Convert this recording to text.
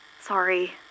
Sorry